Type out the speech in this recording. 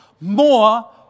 more